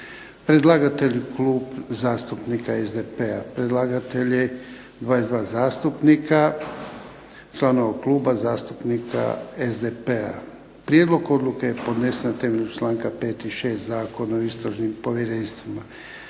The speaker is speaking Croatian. članova Kluba zastupnika SDP-a. Prijedlog odluke je podnesen na temelju članka 5. i 6. Zakona o istražnim povjerenstvima.